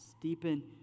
Deepen